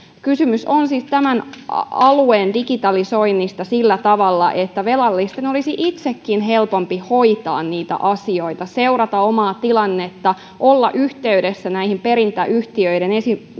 kysymys on siis tämän alueen digitalisoinnista sillä tavalla että velallisten olisi itsekin helpompi hoitaa asioita seurata omaa tilannettaan ja olla yhteydessä perintäyhtiöihin